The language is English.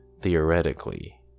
theoretically